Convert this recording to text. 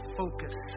focus